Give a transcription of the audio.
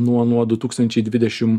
nuo nuo du tūkstančiai dvidešim